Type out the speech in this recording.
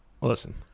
Listen